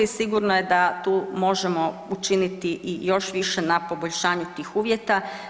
Sigurno je da tu možemo učiniti i još više na poboljšanju tih uvjeta.